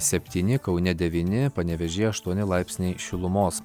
septyni kaune devyni panevėžyje aštuoni laipsniai šilumos